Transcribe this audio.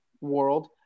world